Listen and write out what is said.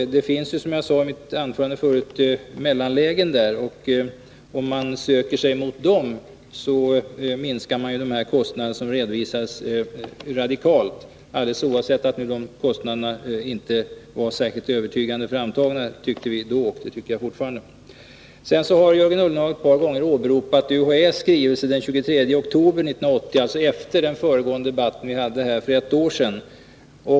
Det finns ju — som jag sade i mitt tidigare anförande — mellanlägen, och om man söker sig mot dem minskar man radikalt de kostnader som redovisats. Vi tyckte då att de kostnaderna inte var särskilt övertygande framtagna, och det tycker vi fortfarande. Sedan har Jörgen Ullenhag ett par gånger åberopat UHÄ:s skrivelse av den 23 oktober 1980— alltså efter den debatt som vi hade här för ett år sedan.